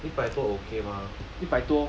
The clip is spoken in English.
一百多 okay mah